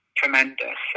tremendous